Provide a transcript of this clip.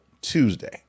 Tuesday